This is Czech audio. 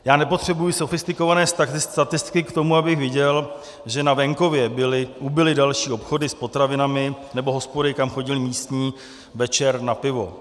Já nepotřebuji sofistikované statistiky k tomu, abych viděl, že na venkově ubyly další obchody s potravinami nebo hospody, kam chodili místní večer na pivo.